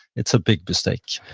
it's a big mistake